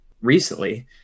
recently